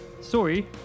Sorry